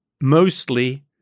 mostly